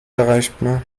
erreichbar